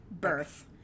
birth